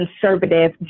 conservative